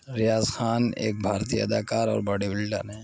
ریاض خان ایک بھارتیہ اداکار اور باڈی بلڈر ہیں